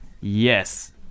Yes